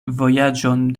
vojaĝon